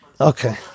Okay